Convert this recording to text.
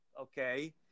okay